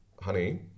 honey